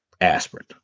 aspirin